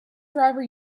driver